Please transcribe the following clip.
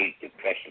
depression